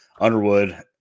Underwood